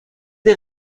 des